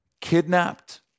kidnapped